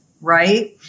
Right